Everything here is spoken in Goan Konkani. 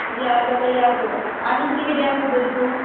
या जाल्यार या तर आनी किदें किदें आसता तर तितू